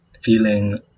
feeling